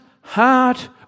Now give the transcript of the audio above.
heart